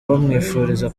bamwifuriza